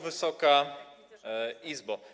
Wysoka Izbo!